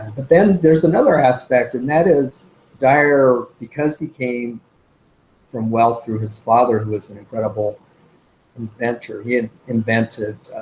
but then there's another aspect, and that is dyar, because he came from wealth through his father, who was an incredible inventor, he had invented